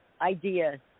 idea